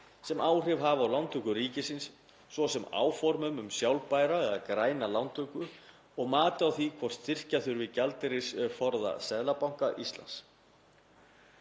sem áhrif hafa á lántöku ríkisins, svo sem áformum um sjálfbæra eða græna lántöku og mati á því hvort styrkja þurfi gjaldeyrisforða Seðlabanka Íslands.